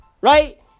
right